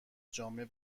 جامع